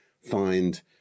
find